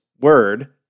word